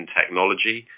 technology